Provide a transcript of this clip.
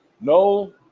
No